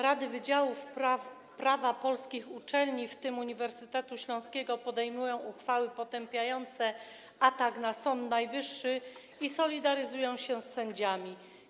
Rady wydziałów prawa polskich uczelni, w tym Uniwersytetu Śląskiego, podejmują uchwały potępiające atak na Sąd Najwyższy i solidaryzują się z sędziami.